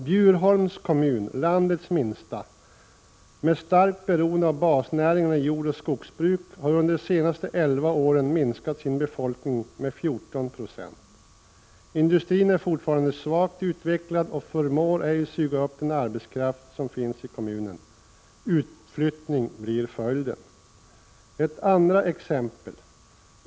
Bjurholms kommun, landets minsta, med starkt beroende av basnäringarna jordoch skogsbruk, har under de senaste elva åren minskat sin befolkning med 14 96. Industrin är fortfarande svagt utvecklad och förmår ej suga upp den arbetskraft som finns i kommunen. Utflyttning blir följden. Ett andra exempel.